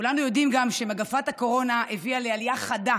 כולנו יודעים גם שמגפת הקורונה הביאה לעלייה חדה